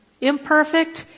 imperfect